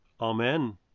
Amen